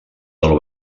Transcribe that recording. del